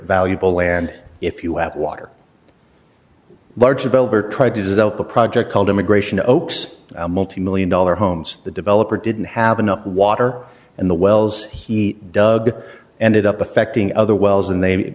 valuable land if you have water larger builder tried to develop a project called immigration oaks a multi million dollar homes the developer didn't have enough water and the wells he dug ended up affecting other wells and they